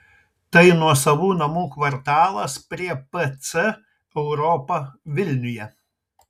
tai nuosavų namų kvartalas prie pc europa vilniuje